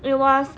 it was